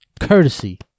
courtesy